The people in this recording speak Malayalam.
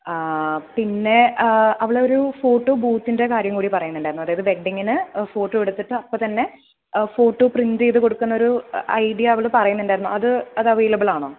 പിന്നെ അവളൊരു ഫോട്ടോ ബൂത്തിൻ്റെ കാര്യംകൂടി പറയുന്നുണ്ടായിരുന്നു അതായത് വെഡിങ്ങിന് ഫോട്ടോ എടുത്തിട്ട് അപ്പൊത്തന്നെ ഫോട്ടോ പ്രിൻറ്റ് ചെയ്ത് കൊടുക്കുന്നൊരു ഐഡിയ അവൾ പറയുന്നുണ്ടായിരുന്നു അത് അതവൈലബിളാണോ